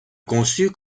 conçu